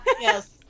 Yes